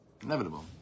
inevitable